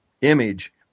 image